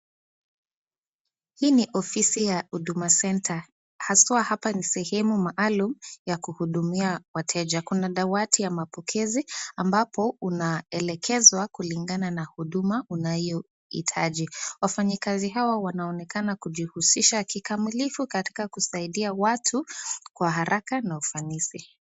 Hii ni ofisi ya huduma centre aswa hapa ni sehemu maalum ya kuhudumia wateja kuna dawati ya mapokezi ambapo unaelekezwa kulingana na huduma unayoitaji, wafanyi kazi hawa wanaonekana kujihusisha na kikamilifu katika kusaidia watu kwa haraka na ufanisi.